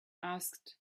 asked